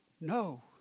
No